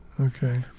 Okay